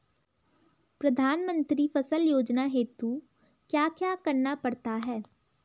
प्रधानमंत्री फसल योजना हेतु क्या क्या करना पड़ता है?